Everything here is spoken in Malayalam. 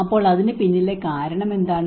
അപ്പോൾ അതിനു പിന്നിലെ കാരണം എന്താണ്